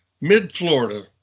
mid-Florida